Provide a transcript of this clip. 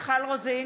מיכל רוזין,